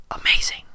amazing